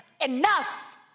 enough